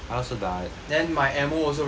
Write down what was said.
then my ammo also very little was already